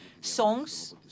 songs